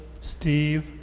Steve